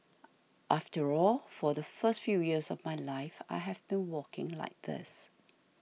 after all for the first few years of my life I have been walking like this